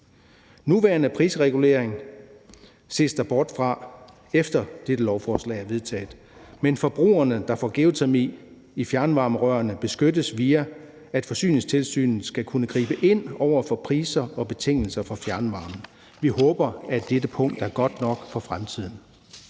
nuværende prisregulering ses der bort fra, efter dette lovforslag er vedtaget, men forbrugerne, der får geotermi i fjernvarmerørene, beskyttes, via at Forsyningstilsynet skal kunne gribe ind over for priser og betingelser for fjernvarme. Vi håber, at dette punkt sikrer det godt nok for fremtiden.